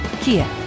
Kia